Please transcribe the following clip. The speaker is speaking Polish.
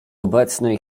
obecnej